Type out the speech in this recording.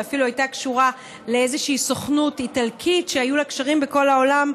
ואפילו הייתה קשורה לאיזושהי סוכנות איטלקית שהיו לה קשרים בכל העולם.